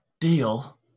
Deal